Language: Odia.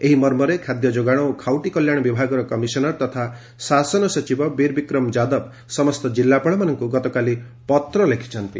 ଏହି ମର୍ମରେ ଖାଦ୍ୟଯୋଗାଣ ଓ ଖାଉଟି କଲ୍ୟାଶ ବିଭାଗର କମିଶନର ତଥା ଶାସନ ସଚିବ ବୀରବିକ୍ରମ ଯାଦବ ସମସ୍ତ ଜିଲ୍ଲାପାଳଙ୍କୁ ଗତକାଲି ପତ୍ର ଲେଖିଛନ୍ତି